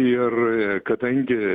ir kadangi